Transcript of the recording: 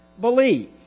believe